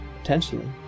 Potentially